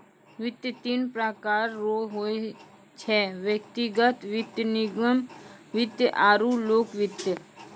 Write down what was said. वित्त तीन प्रकार रो होय छै व्यक्तिगत वित्त निगम वित्त आरु लोक वित्त